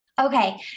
Okay